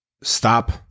stop